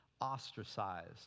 ostracized